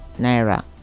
naira